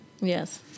Yes